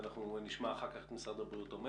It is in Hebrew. ונשמע אחר כך את משרד הבריאות אומר